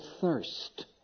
thirst